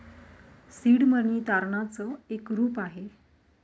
seed money तारणाच एक रूप आहे